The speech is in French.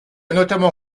notamment